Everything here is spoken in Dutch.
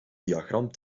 diagram